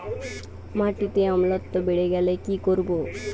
মাটিতে অম্লত্ব বেড়েগেলে কি করব?